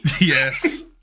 yes